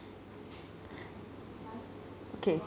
okay